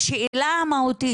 השאלה המהותית,